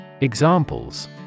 Examples